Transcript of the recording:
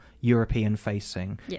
European-facing